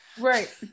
Right